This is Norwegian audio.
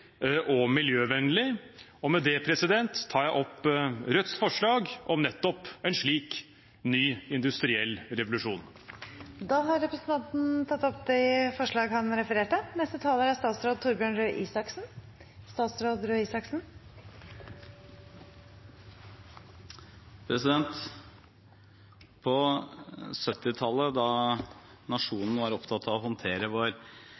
og miljøvennlig. Og med det tar jeg opp Rødts forslag om nettopp en ny slik industriell revolusjon. Representanten Bjørnar Moxnes har tatt opp de forslagene han refererte til. På 1970-tallet, da nasjonen var opptatt av å håndtere vår